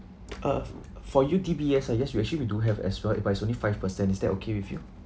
err uh for U T B S ah yes we actually we do have extra but it's only five percent is that okay with you